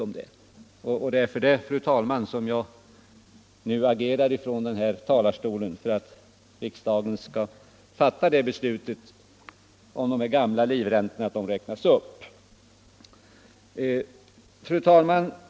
Att jag nu agerar härifrån talarstolen, fru talman, beror på att jag vill att riksdagen skall fatta ett beslut om att dessa gamla livräntor skall räknas upp. Fru talman!